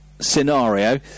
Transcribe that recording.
scenario